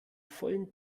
vollen